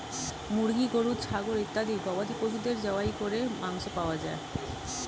মুরগি, গরু, ছাগল ইত্যাদি গবাদি পশুদের জবাই করে মাংস পাওয়া যায়